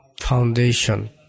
Foundation